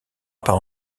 part